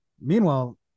meanwhile